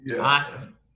Awesome